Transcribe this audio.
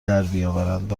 دربیاورند